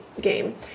game